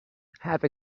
have